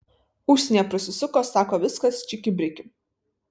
užsienyje prasisuko sako viskas čiki briki